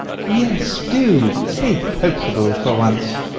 yes, do! be coaxable, for once!